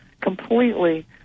completely